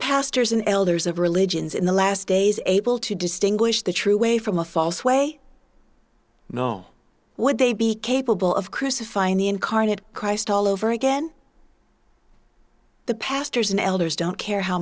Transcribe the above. pastors and elders of religions in the last days able to distinguish the true way from a false way no would they be capable of crucifying the incarnate christ all over again the pastors and elders don't care how